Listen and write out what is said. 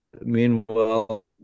meanwhile